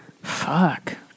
Fuck